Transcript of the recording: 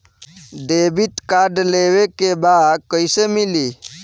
Debit card लेवे के बा कईसे मिली?